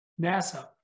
NASA